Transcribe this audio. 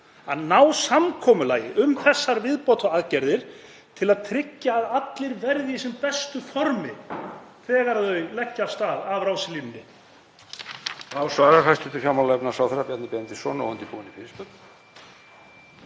að ná samkomulagi um þessar viðbótaraðgerðir til að tryggja að allir verði í sem bestu formi þegar lagt verður af stað frá ráslínunni.